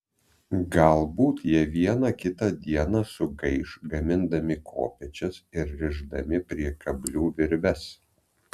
galbūt jie vieną kitą dieną sugaiš gamindami kopėčias ir rišdami prie kablių virves